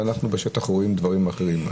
ובשטח אנחנו רואים דברים אחרים.